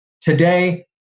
Today